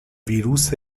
ویروس